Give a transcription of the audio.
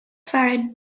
fared